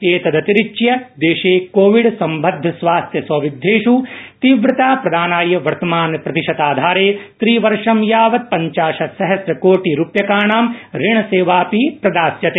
एतदतिरिच्य देशे कोविड सम्बध्द स्वास्थ्य सौविध्येष तींव्रताप्रदानाय वर्तमान प्रतिशताधारे त्रिवर्षम यावत्पञ्चाशत सहस्रकोटिरूप्यकाणाम ऋणसेवा प्रदास्यते